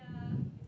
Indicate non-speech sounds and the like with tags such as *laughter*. *breath*